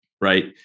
right